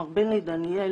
מר בני דניאל,